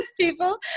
people